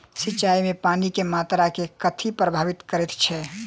सिंचाई मे पानि केँ मात्रा केँ कथी प्रभावित करैत छै?